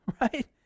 Right